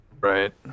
Right